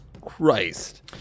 Christ